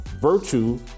virtue